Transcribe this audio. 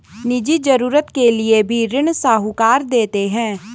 निजी जरूरत के लिए भी ऋण साहूकार देते हैं